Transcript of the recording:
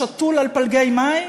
"שתול על פלגי מים"?